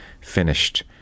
finished